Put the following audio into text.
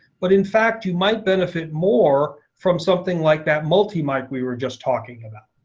but in fact you might benefit more from something like that multi mic we were just talking about.